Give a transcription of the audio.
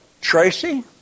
Tracy